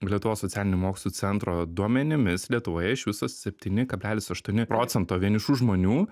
lietuvos socialinių mokslų centro duomenimis lietuvoje iš viso septyni kablelis aštuoni procento vienišų žmonių